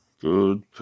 Good